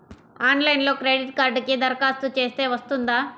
ఆన్లైన్లో క్రెడిట్ కార్డ్కి దరఖాస్తు చేస్తే వస్తుందా?